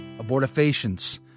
abortifacients